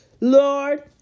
Lord